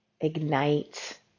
ignite